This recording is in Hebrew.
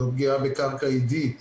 זו פגיעה בקרקע עידית